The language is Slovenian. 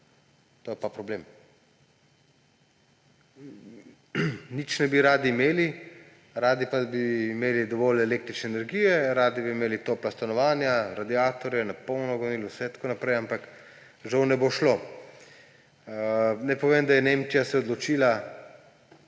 To je pa problem. Ničesar ne bi radi imeli, radi pa bi imeli dovolj električne energije, radi bi imeli topla stanovanja, radiatorje na polno prižgane, vse tako naprej; ampak žal ne bo šlo. Naj povem, da se je Nemčija odločila,